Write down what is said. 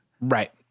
Right